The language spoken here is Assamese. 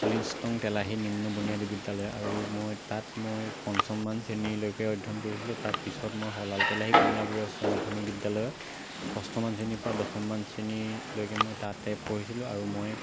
সাতচল্লিছ নং তেলাহী নিম্ন বুনিয়াদী বিদ্যালয় আৰু মই তাত মই পঞ্চমমান শ্ৰেণীলৈকে অধ্য়য়ন কৰিছিলোঁ তাৰপিছত মই সলাল তেলাহী কমলাবাৰী উচ্চ মাধ্যমিক বিদ্যালয়ত ষষ্ঠমান শ্ৰেণীৰপৰা দশমমান শ্ৰেণীলৈকে মই তাতে পঢ়িছিলোঁ আৰু মই